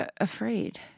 afraid